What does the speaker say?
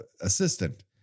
assistant